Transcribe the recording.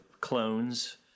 clones